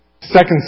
second